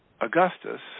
Augustus